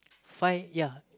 Fai ya